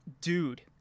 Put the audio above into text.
dude